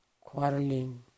quarrelling